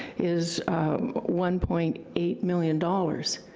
is one point eight million dollars.